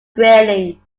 grayling